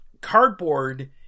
Cardboard